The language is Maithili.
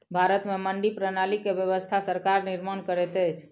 भारत में मंडी प्रणाली के व्यवस्था सरकार निर्माण करैत अछि